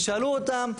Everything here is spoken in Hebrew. תשאלו אותם,